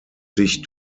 sich